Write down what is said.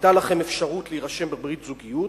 היתה לכם אפשרות להירשם בברית זוגיות,